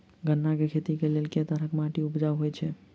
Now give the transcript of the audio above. गन्ना केँ खेती केँ लेल केँ तरहक माटि उपजाउ होइ छै?